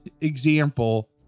example